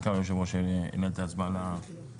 נקרא ליושב הראש שינהל את ההצבעה על ההסתייגויות.